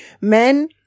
Men